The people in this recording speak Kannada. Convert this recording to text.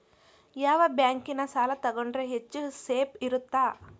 ಯಾವ ಬ್ಯಾಂಕಿನ ಸಾಲ ತಗೊಂಡ್ರೆ ಹೆಚ್ಚು ಸೇಫ್ ಇರುತ್ತಾ?